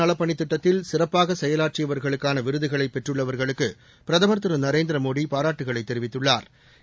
நலப்பணித் திட்டத்தில் சிறப்பாக செயலாற்றியவர்களுக்கான விருதுகளைப் நாட்டு பெற்றுள்ளவா்களுக்கு பிரதமா் திரு நரேந்திரமோடி பாராட்டுக்களைத் தெரிவித்துள்ளாா்